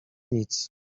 nic